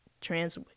trans